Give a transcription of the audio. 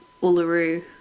Uluru